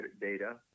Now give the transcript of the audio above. data